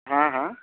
हाँ हाँ